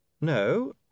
No